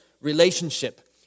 relationship